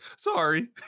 Sorry